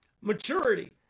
Maturity